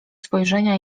spojrzenia